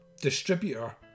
distributor